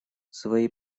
свои